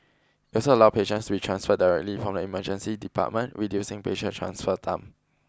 it also allows patients to be transferred directly from the Emergency Department reducing patient transfer time